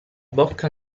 bocca